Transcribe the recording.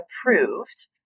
approved